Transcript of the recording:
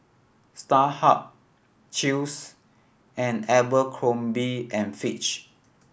Starhub Chew's and Abercrombie and Fitch